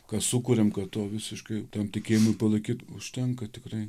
ką sukuriam to visiškai tam tikėjimui palaikyt užtenka tikrai